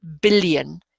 billion